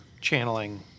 channeling